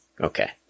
Okay